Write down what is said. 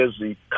busy